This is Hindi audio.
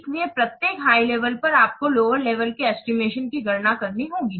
इसलिए प्रत्येक हाई लेवल पर आपको लोअर लेवल के एस्टिमेशन की गणना करनी होगी